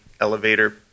elevator